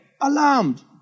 alarmed